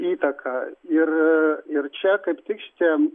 įtaką ir ir čia kaip tik šitie